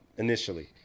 initially